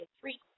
Three